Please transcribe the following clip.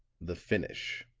the finish